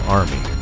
army